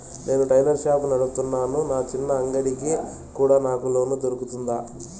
నేను tailor shop నడుపుతున్నాను, నా చిన్న అంగడి కి కూడా నాకు లోను దొరుకుతుందా?